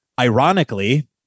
ironically